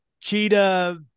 Cheetah